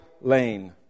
lane